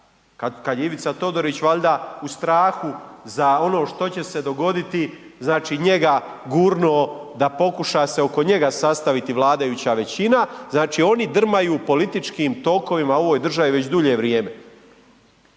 kad je Ivica Todorić valjda u strahu za ono što će se dogoditi znači njega gurnuo da pokuša se oko njega sastaviti vladajuća većina. Znači oni drmaju političkim tokovima u ovoj državi već dulje vrijeme.